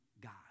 God